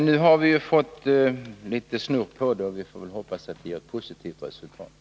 Nu är emellertid översynen i gång, och vi får hoppas att den ger positivt resultat.